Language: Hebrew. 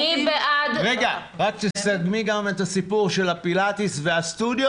רגע, גם תסכמי את הסיפור של הפילטיס והסטודיו?